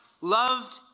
loved